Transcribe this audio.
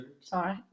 Sorry